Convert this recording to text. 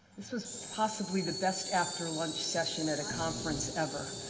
this was possibly the best after lunch session at a conference ever.